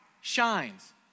shines